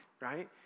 right